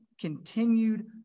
continued